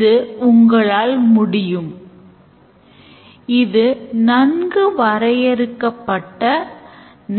ஆனால் Scott Ambler